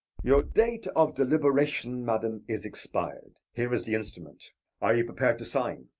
your date of deliberation, madam, is expired. here is the instrument are you prepared to sign?